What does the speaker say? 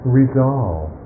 resolve